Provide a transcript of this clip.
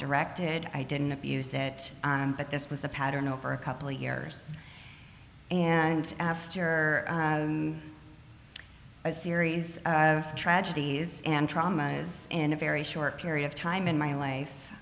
directed i didn't abuse it but this was a pattern over a couple of years and after a series of tragedies and trauma is in a very short period of time in my